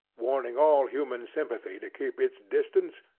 warning all human sympathy to keep its distance,